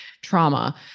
trauma